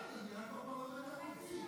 לא, אתה לא מקשיב.